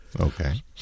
Okay